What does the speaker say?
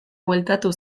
bueltatu